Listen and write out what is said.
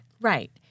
Right